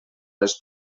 les